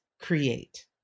create